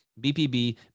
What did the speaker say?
BPB